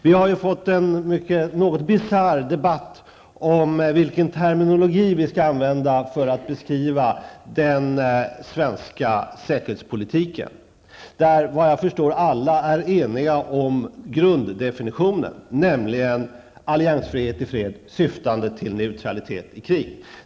Vi har fått en något bisarr debatt om vilken terminologi vi skall använda för att beskriva den svenska säkerhetspolitiken. Såvitt jag förstår är alla eniga om grunddefinitionen, nämligen alliansfrihet i fred syftande till neutralitet i krig.